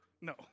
No